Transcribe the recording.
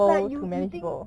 but you you think